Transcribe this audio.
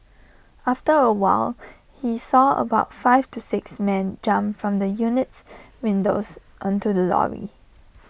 after A while he saw about five to six men jump from the unit's windows onto the lorry